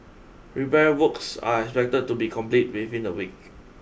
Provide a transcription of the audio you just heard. repair works are expected to be completed within a week